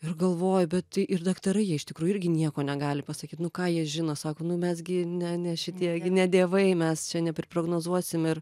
ir galvoju bet tai ir daktarai jie iš tikrųjų irgi nieko negali pasakyt nu ką jie žino sako nu mes gi ne ne šitie gi ne dievai mes čia nepriprognozuosim ir